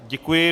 Děkuji.